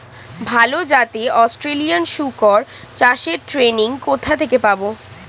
ভালো জাতে অস্ট্রেলিয়ান শুকর চাষের ট্রেনিং কোথা থেকে পাব?